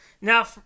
now